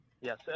Yes